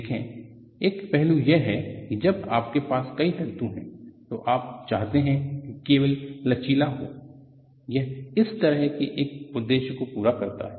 देखें एक पहलू यह है कि जब आपके पास कई तंतु हैं तो आप चाहते हैं कि केबल लचीला हो यह इस तरह के एक उद्देश्य को पूरा करता है